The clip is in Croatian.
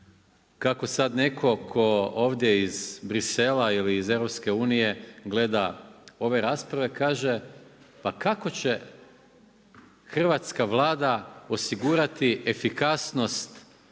kako sad netko tko ovdje iz Brisela ili EU-a gleda ove rasprave, kaže pa kako će hrvatska Vlada osigurati efikasnost